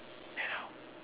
then how